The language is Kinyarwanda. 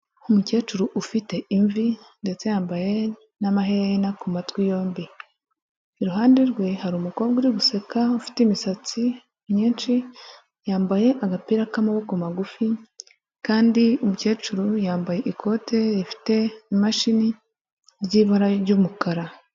Umukecuru ufite imvi ndetse yambaye n'amaherena ku matwi yombi. Iruhande rwe hari umukobwa uri guseka ufite imisatsi myinshi yambaye agapira k'amaboko magufi, kandi umukecuru yambaye ikote rifite imashini ry'ibara ry'umukara.